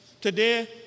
today